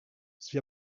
sowie